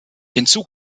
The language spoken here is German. hinzu